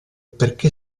perché